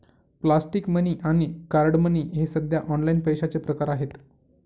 plastic money आणि card money हे सध्या ऑनलाइन पैशाचे प्रकार आहेत